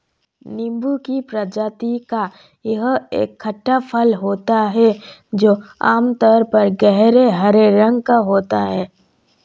नींबू की प्रजाति का यह एक खट्टा फल होता है जो आमतौर पर गहरे हरे रंग का होता है